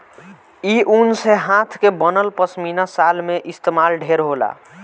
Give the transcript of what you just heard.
इ ऊन से हाथ के बनल पश्मीना शाल में इस्तमाल ढेर होला